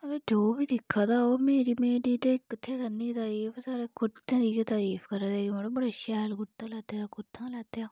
अ बो जो बी दिक्खा दा ओह् मेरी मेरी ते कुत्थै करनी तरीफ सारे कुरते दी गै तरीफ करा दे कि मड़ो बड़ा शैल कुरता लैते दा कुत्थां लैते दा